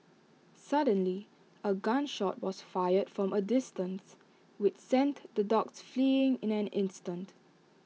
suddenly A gun shot was fired from A distance which sent the dogs fleeing in an instant